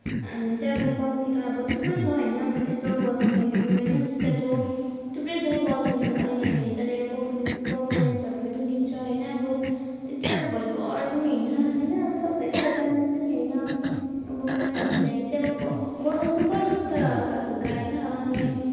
हामी चाहिँ अब गाउँतिर अब थुप्रै छ होइन अब त्यस्तो बजाउनेहरू होइन जस्तै अब थुप्रै छ बजाउनेहरू अनि हामी यतातिर परफर्मेन्स परफर्मेन्सहरू पनि दिन्छ होइन अब यत्ति साह्रो भयङ्कर पनि होइन सबै कुरा जान्ने पनि होइन अब मैले भन्नचाहेको चाहिँ अब ब बजाउन चाहिँ बजाउँछु तर हल्काफुल्का होइन अनि